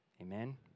Amen